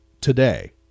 today